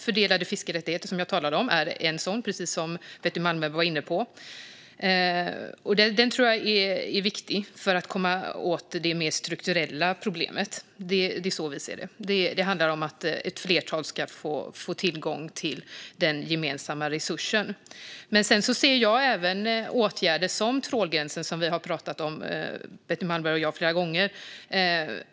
Fördelade fiskerättigheter, som jag talade om, är en möjlighet, precis som Betty Malmberg var inne på. Vi tror att det är viktigt för att komma åt det strukturella problemet. Det handlar om att fler ska få tillgång till den gemensamma resursen. Jag tror även på trålgränsen, som Betty Malmberg och jag har pratat om flera gånger.